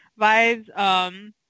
vibes